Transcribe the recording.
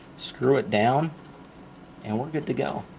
screw it down and we're good to go.